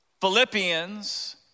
Philippians